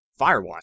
Firewatch